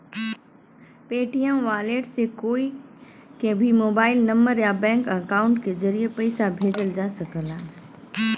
Paytm wallet से कोई के भी मोबाइल नंबर या बैंक अकाउंट के जरिए पइसा भेजल जा सकला